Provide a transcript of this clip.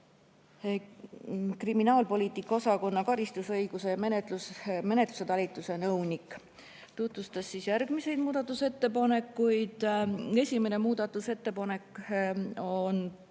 kriminaalpoliitika osakonna karistusõiguse ja menetluse talituse nõunik. Tema tutvustas järgmisi muudatusettepanekuid. Esimene muudatusettepanek on